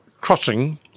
crossing